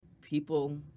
people